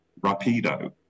rapido